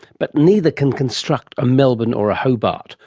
but neither can construct a melbourne or a hobart,